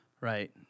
Right